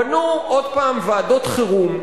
מינו עוד פעם ועדות חירום,